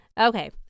Okay